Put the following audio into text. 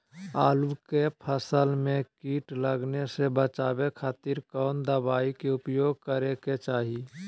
आलू के फसल में कीट लगने से बचावे खातिर कौन दवाई के उपयोग करे के चाही?